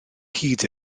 hyd